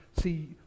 see